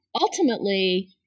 ultimately